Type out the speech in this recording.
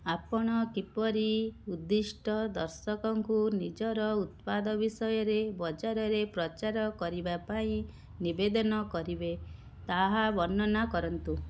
ଆପଣ କିପରି ଉଦ୍ଦିଷ୍ଟ ଦର୍ଶକଙ୍କୁ ନିଜର ଉତ୍ପାଦ ବିଷୟରେ ବଜାରରେ ପ୍ରଚାର କରିବାପାଇଁ ନିବେଦନ କରିବେ ତାହା ବର୍ଣ୍ଣନା କରନ୍ତୁ